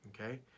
okay